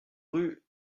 rue